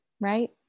right